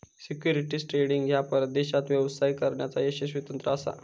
securities trading ह्या परदेशात व्यवसाय करण्याचा यशस्वी तंत्र असा